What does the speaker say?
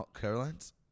Carolines